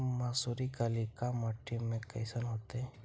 मसुरी कलिका मट्टी में कईसन होतै?